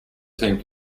team